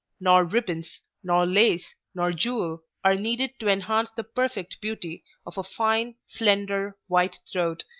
nor ribbons, nor lace, nor jewel are needed to enhance the perfect beauty of a fine, slender, white throat,